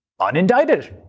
unindicted